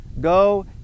Go